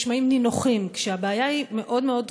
נשמעים נינוחים, כשהבעיה היא מאוד מאוד דחופה.